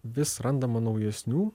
vis randama naujesnių